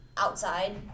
outside